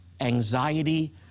Anxiety